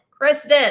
Kristen